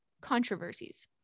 controversies